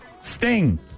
Sting